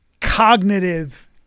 cognitive